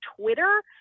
Twitter